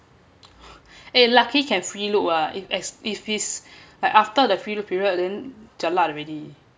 eh lucky can free look ah if if it's like after the pe~ period then jialat already